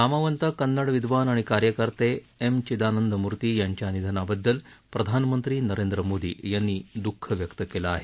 नामवंत कन्नड विद्वान आणि कार्यकर्ते एम चिदानंद मूर्ती यांच्या निधनाबद्दल प्रधानमंत्री नरेंद्र मोदी यांनी दुःख व्यक्त केलं आहे